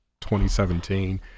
2017